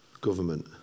government